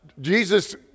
Jesus